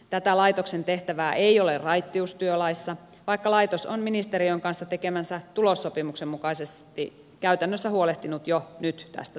tätä laitoksen tehtävää ei ole raittiustyölaissa vaikka laitos on ministeriön kanssa tekemänsä tulossopimuksen mukaisesti käytännössä huolehtinut jo nyt tästä tehtävästä